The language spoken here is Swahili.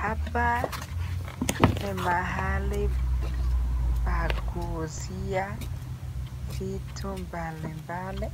Hapa ni mahali pa kuuzia vitu mbalimbali